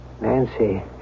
Nancy